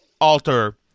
alter